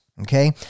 Okay